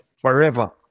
forever